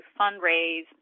fundraise